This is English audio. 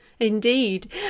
Indeed